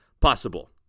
possible